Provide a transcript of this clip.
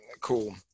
Cool